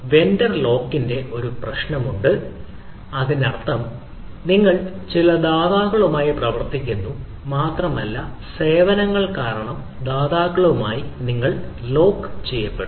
vendor ലോക്കിന്റെ ഒരു പ്രശ്നമുണ്ട് അതിനർത്ഥം നിങ്ങൾ ചില ദാതാക്കളുമായി പ്രവർത്തിക്കുന്നു മാത്രമല്ല സേവനങ്ങൾ കാരണം ദാതാക്കളുമായി നിങ്ങൾ ലോക്ക് ചെയ്യപ്പെടും